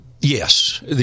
yes